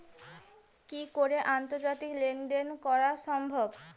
কি করে আন্তর্জাতিক লেনদেন করা সম্ভব?